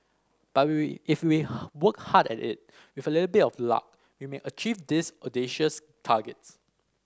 but we if we work hard at it with a little bit of luck we may achieve these audacious targets